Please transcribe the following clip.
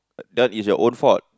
that one is your own fault